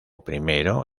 primero